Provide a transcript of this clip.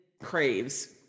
craves